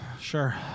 Sure